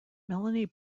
melanie